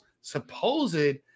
supposed